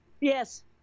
Yes